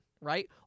right